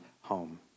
home